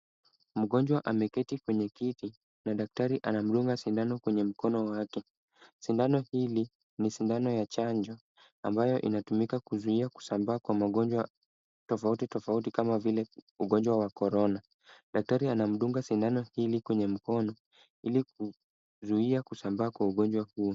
Mgonjwa ameketi kwenye kiti na daktari anamdunga sindano kwenye mkono wake. Sindano hili ni sindano ya chanjo ambayo inatumika kuzuia kusambaa kwa magonjwa tofauti tofauti kama vile ugonjwa wa corona . Daktari anamdunga sindano hili kwenye mkono, ili kuzuia kusambaa kwa ugonjwa huo.